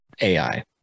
AI